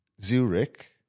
Zurich